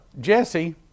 Jesse